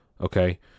okay